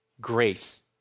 Grace